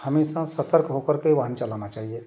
हमेशा सतर्क हो कर के वाहन चलाना चाहिए